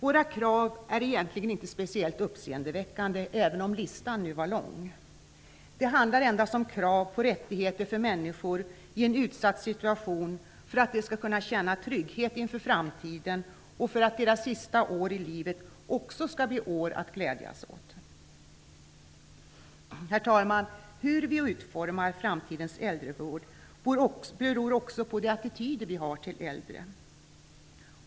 Våra krav är egentligen inte speciellt uppseendeväckande, även om listan är lång. Det handlar endast om krav på rättigheter för människor i en utsatt situation för att de skall kunna känna trygghet inför framtiden och för att deras sista år i livet också skall bli år att glädjas åt. Herr talman! Hur vi utformar framtidens äldrevård beror också på de attityder vi har till de äldre.